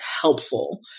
helpful